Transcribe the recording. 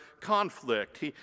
conflict